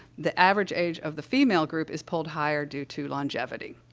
the average age of the female group is polled higher due to longevity.